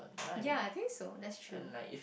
ya I think so that's true